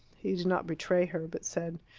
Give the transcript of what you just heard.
he did not betray her, but said,